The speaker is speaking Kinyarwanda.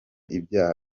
ibyaha